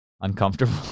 uncomfortable